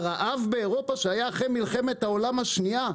הרעב באירופה שהיה אחרי מלחמת העולם השנייה,